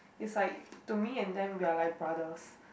it's like to me and them we are like brothers